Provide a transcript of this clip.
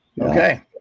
Okay